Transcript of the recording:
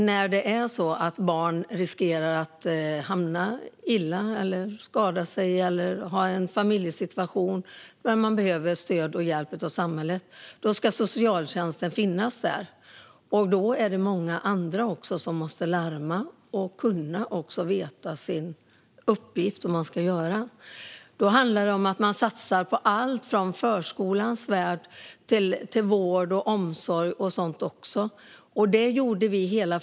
När barn riskerar att fara illa, skadar sig eller har en familjesituation som gör att de behöver stöd och hjälp av samhället ska socialtjänsten finnas där. Då är det också många andra som måste larma och veta sin uppgift. Det handlar då om att satsa på alltifrån förskola till vård och omsorg.